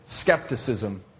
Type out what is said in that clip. skepticism